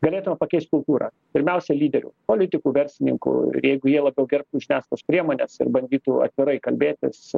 galėtume pakeist kultūrą pirmiausia lyderių politikų verslininkų ir jeigu jie labiau gerbtų žiniasklaidos priemones ir bandytų atvirai kalbėtis